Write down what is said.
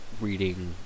reading